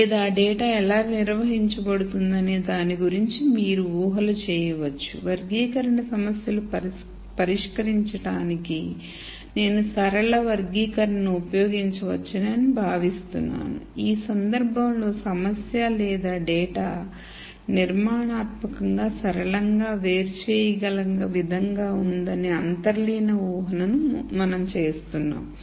లేదా డేటా ఎలా నిర్వహించబడుతుందనే దాని గురించి మీరు ఊ హలు చేయవచ్చు వర్గీకరణ సమస్యను పరిష్కరించడానికి నేను సరళ వర్గీకరణను ఉపయోగించవచ్చని నేను భావిస్తున్నాను ఈ సందర్భంలో సమస్య లేదా డేటా నిర్మాణాత్మకంగా సరళంగా వేరు చేయగల విధంగా ఉందనే అంతర్లీన ఊహను మనం చేస్తున్నాము